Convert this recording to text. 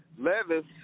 Levis